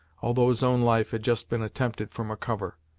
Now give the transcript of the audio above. although his own life had just been attempted from a cover.